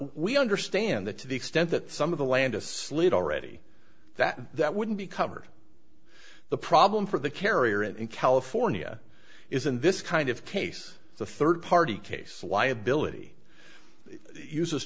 we understand that to the extent that some of the land asleep already that that wouldn't be covered the problem for the carrier in california is in this kind of case the third party case liability uses